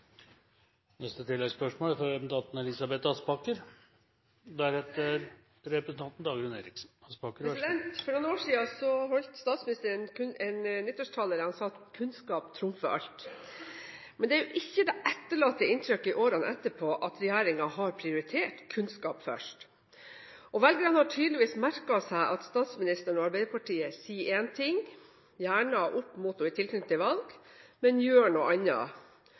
Elisabeth Aspaker – til oppfølgingsspørsmål. For noen år siden holdt statsministeren en nyttårstale der han sa: «Kunnskap trumfer alt.» Men det er ikke det inntrykket som etterlates i årene etterpå – at regjeringen har prioritert kunnskap først. Velgerne har tydeligvis merket seg at statsministeren og Arbeiderpartiet sier én ting – gjerne opp mot og i tilknytning til valg – men gjør noe annet.